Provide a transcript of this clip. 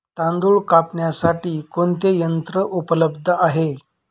तांदूळ कापण्यासाठी कोणते यंत्र उपलब्ध आहे?